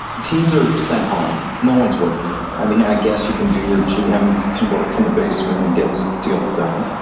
teams are sent home. no one's working. i mean, i guess you can do your gm can work from the basement and get his deals done.